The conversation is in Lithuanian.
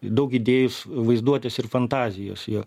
daug idėjų vaizduotės ir fantazijos jo